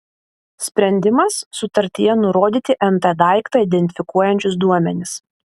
sprendimas sutartyje nurodyti nt daiktą identifikuojančius duomenis